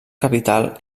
capital